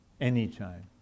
anytime